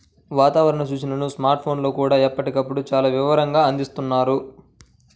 వాతావరణ సూచనలను స్మార్ట్ ఫోన్లల్లో కూడా ఎప్పటికప్పుడు చాలా వివరంగా అందిస్తున్నారు